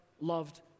loved